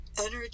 energy